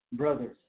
Brothers